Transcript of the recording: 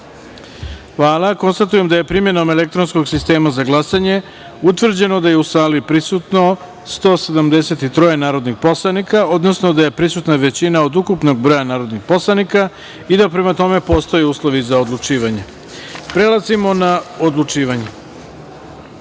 jedinice. Konstatujem da je primenom elektronskog sistema za glasanje utvrđeno da je u sali prisutno 173 narodnih poslanika, odnosno da je prisutna većina od ukupnog broja narodnih poslanika i da prema tome postoje uslovi za odlučivanje. Prelazimo na odlučivanje. Prva